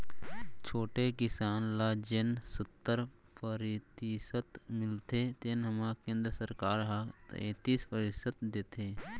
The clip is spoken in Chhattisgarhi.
छोटे किसान ल जेन सत्तर परतिसत मिलथे तेन म केंद्र सरकार ह तैतीस परतिसत देथे